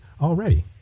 already